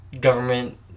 government